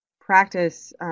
practice